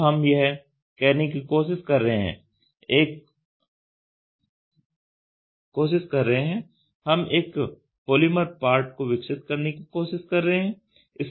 तो हम यह कहने कि कोशिश कर रहे हैं हम एक पॉलीमर पार्ट को विकसित करने की कोशिश कर रहे हैं